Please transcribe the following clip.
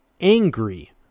angry